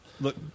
Look